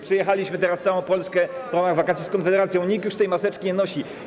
Przejechaliśmy teraz całą Polskę w ramach „Wakacji z Konfederacją”, nikt już tych maseczek nie nosi.